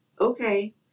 okay